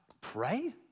Pray